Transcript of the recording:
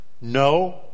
No